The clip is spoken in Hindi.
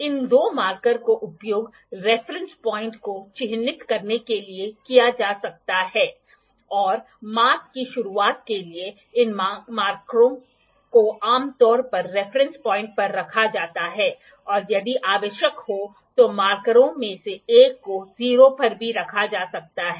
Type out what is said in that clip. इन दो मार्करों का उपयोग रेफरेंस पॉइंट को चिह्नित करने के लिए किया जाता है और माप की शुरुआत के लिए इन मार्करों को आम तौर पर रेफरेंस पॉइंट पर रखा जाता है या यदि आवश्यक हो तो मार्करों में से एक को 0 पर भी रखा जा सकता है